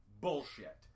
Bullshit